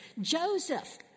Joseph